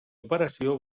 operació